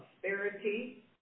prosperity